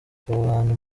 kurwanya